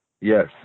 yes